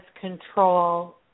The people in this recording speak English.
control